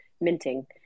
minting